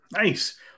Nice